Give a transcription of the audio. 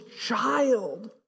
child